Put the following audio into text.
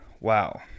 Wow